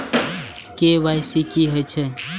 KYC की हे छे?